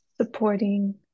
supporting